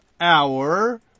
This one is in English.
hour